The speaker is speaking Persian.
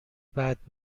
بعد